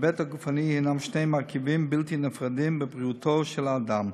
וההיבט הגופני הנם שני מרכיבים בלתי נפרדים בבריאותו של האדם,